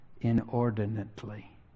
inordinately